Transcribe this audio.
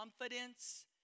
confidence